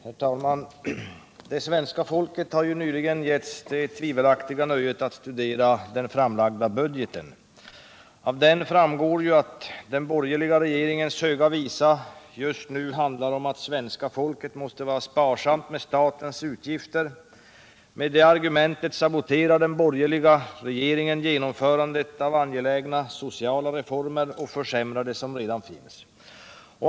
Herr talman! Det svenska folket har nyligen beretts det tvivelaktiga nöjet att studera den framlagda budgeten. Av den framgår att den borgerliga regeringens ”höga visa” just nu handlar om att svenska folket måste vara sparsamt med statens utgifter. Med det argumentet saboterar den borgerliga regeringen genomförandet av angelägna sociala reformer och försämrar vad som redan finns.